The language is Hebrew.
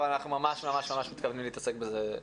אבל אנחנו ממש ממש ממש מתכוונים להתעסק עם זה,